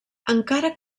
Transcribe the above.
encara